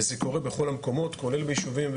וזה קורה בכל המקומות, כולל ביישובים.